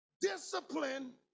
discipline